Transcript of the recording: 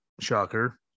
shocker